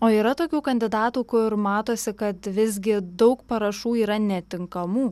o yra tokių kandidatų kur matosi kad visgi daug parašų yra netinkamų